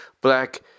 black